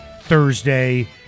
Thursday